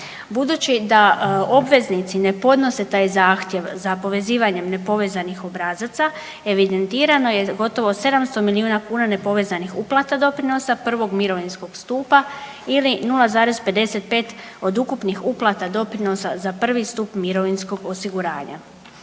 Budući da obveznici ne podnose taj zahtjev za povezivanjem nepovezanih obrazaca evidentirano je gotovo 700 miliona kuna nepovezanih uplata doprinosa prvog mirovinskog stupa ili 0,55 od ukupnih uplata doprinosa za prvi stup mirovinskog osiguranja.